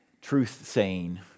truth-saying